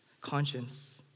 conscience